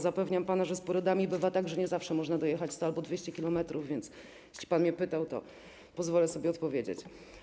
Zapewniam pana, że z porodami bywa tak, że nie zawsze można dojechać 100 albo 200 km, więc jeśli pan mnie pytał, to pozwolę sobie odpowiedzieć.